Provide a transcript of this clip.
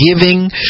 Giving